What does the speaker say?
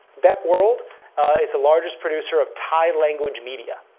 bec world is the largest producer of thai language media.